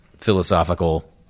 philosophical